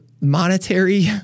monetary